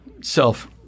self